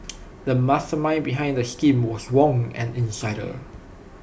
the mastermind behind the scheme was Wong an insider